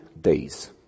days